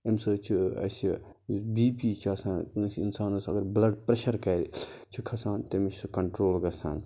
اَمہِ سۭتۍ چھُ اَسہِ یُس بی پی چھُ آسان کٲنٛسہِ اِنسانَس اگر بٕلَڈ پرٮ۪شَر کرِ چھُ کھَسان تٔمِس چھُ سُہ کَنٹرول گژھان